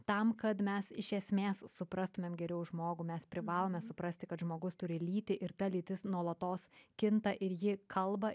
tam kad mes iš esmės suprastumėm geriau žmogų mes privalome suprasti kad žmogus turi lytį ir ta lytis nuolatos kinta ir ji kalba